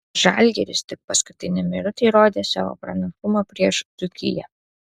žalgiris tik paskutinę minutę įrodė savo pranašumą prieš dzūkiją